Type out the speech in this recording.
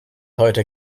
heute